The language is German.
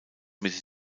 mitte